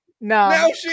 No